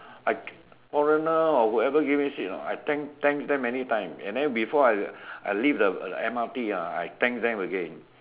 I foreigner or whoever give me seat hor I thank thank them many time and then before I I leave the M_R_T ah I thank them again